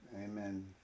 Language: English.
amen